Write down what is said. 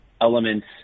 elements